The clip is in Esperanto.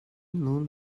nun